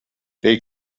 they